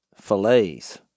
fillets